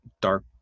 dark